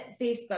Facebook